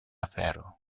afero